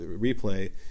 replay